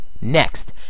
Next